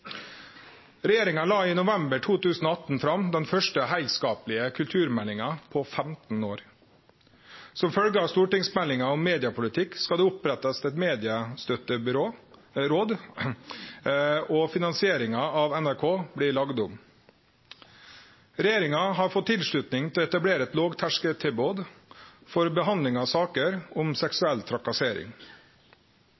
Regjeringa la i november 2018 fram den første heilskaplege kulturmeldinga på 15 år. Som følgje av stortingsmeldinga om mediepolitikk skal det opprettast eit mediestøtteråd, og finansieringa av NRK blir lagd om. Regjeringa har fått tilslutning til å etablere eit lågterskeltilbod for behandling av saker om